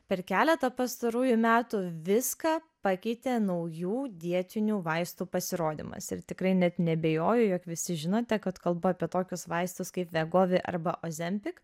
per keletą pastarųjų metų viską pakeitė naujų dietinių vaistų pasirodymas ir tikrai net neabejoju jog visi žinote kad kalba apie tokius vaistus kaip vegovė arba ozempik